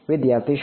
વિદ્યાર્થી 0